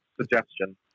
suggestion